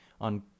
on